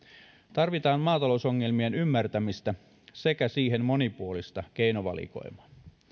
tarvitaan maatalousongelmien ymmärtämistä sekä siihen monipuolista keinovalikoimaa